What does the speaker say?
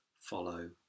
Follow